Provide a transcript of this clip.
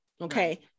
okay